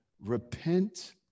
Repent